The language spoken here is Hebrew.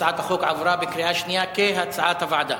הצעת החוק עברה בקריאה שנייה כהצעת הוועדה.